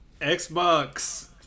Xbox